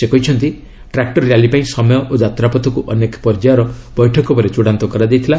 ସେ କହିଛନ୍ତି tractor rally ପାଇଁ ସମୟ ଓ ଯାତ୍ରାପଥକୁ ଅନେକ ପର୍ଯ୍ୟାୟର ବୈଠକ ପରେ ଚୂଡ଼ାନ୍ତ କରାଯାଇଥିଲା